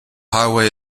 highway